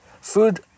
Food